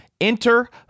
Enter